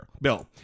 bill